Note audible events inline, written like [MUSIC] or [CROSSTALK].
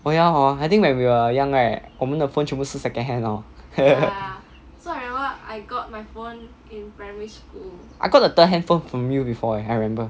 oh ya hor I think when we were young right 我们的 phone 全部是 second hand hor [LAUGHS] I got a third handphone from you before eh I remember